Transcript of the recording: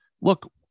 look